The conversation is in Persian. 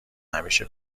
همیشه